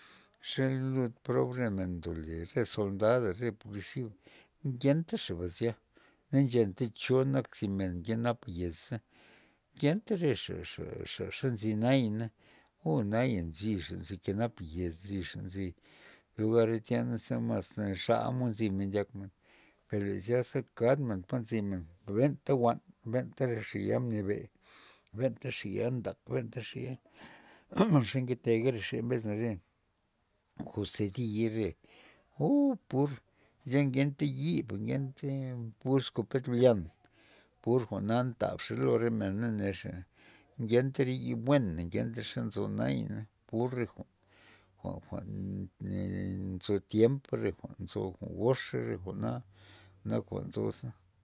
Xe lud prob re men ndole re zondad re polizi ngenta xaba zya, na nchenta cho nak zi men kenap yez za ngenta re xa- xa- xa nzi nayana o naya nzixa nzi kenap yez nzi xa nzi lugara tya naze mas xamod nzimen ndyak men, per le zyasa kad men ta nzimen benta jwan' benta re xaya nyabe benta xaya ntak benta xaya xe nketega re xaya mbes re juzadiy ooo pur ngenta yiba ngenta pur ezkopet nlyan pur jwa'na ntabxa lo re mena na exa ngenta re yib buena ngenta xe nzo naypur re jwa'n- jwa'n nzo tiempa jwa'n nzo re jwa'n joxa jwa'na nak jwa'n nzo